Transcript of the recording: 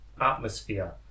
atmosphere